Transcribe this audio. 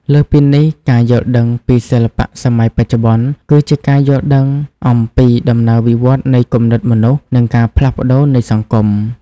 លើសពីនេះ ការយល់ដឹងពីសិល្បៈសម័យបច្ចុប្បន្ន គឺជាការយល់ដឹងអំពីដំណើរវិវត្តន៍នៃគំនិតមនុស្ស និងការផ្លាស់ប្តូរនៃសង្គម។